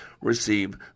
receive